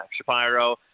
Shapiro